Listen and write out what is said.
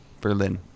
Berlin